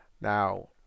Now